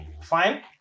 Fine